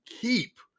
keep